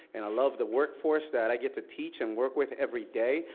and i love the workforce that i get to teach and work with every day,